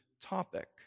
topic